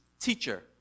teacher